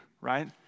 Right